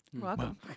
Welcome